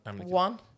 One